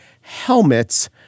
helmets